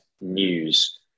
news